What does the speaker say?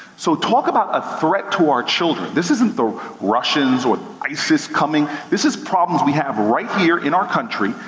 so talk about a threat to our children. this isn't the russians or isis coming, this is problems we have right here, in our country,